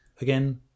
again